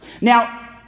Now